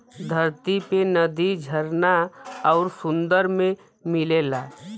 धरती पे नदी झरना आउर सुंदर में मिलला